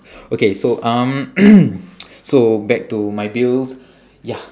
okay so um so back to my bills ya